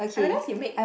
I realise you make